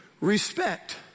respect